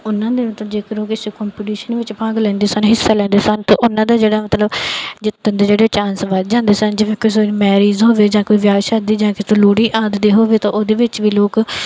ਉਹਨਾਂ ਦੇ ਮਤਲਬ ਜੇਕਰ ਉਹ ਕਿਸੇ ਕੰਪਟੀਸ਼ਨ ਵਿੱਚ ਭਾਗ ਲੈਂਦੇ ਸਨ ਹਿੱਸਾ ਲੈਂਦੇ ਸਨ ਅਤੇ ਉਹਨਾਂ ਦਾ ਜਿਹੜਾ ਮਤਲਬ ਜਿੱਤਣ ਦੇ ਜਿਹੜੇ ਚਾਂਸ ਵਧ ਜਾਂਦੇ ਸਨ ਜਿਵੇਂ ਕਿਸੇ ਦੀ ਮੈਰਿਜ ਹੋਵੇ ਜਾਂ ਕੋਈ ਵਿਆਹ ਸ਼ਾਦੀ ਜਾਂ ਕਿਤੇ ਲੋਹੜੀ ਆਦਿ ਦੀ ਹੋਵੇ ਤਾਂ ਉਹਦੇ ਵਿੱਚ ਵੀ ਲੋਕ